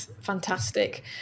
fantastic